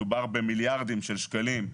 מדובר במיליארדי שקלים.